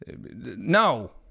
No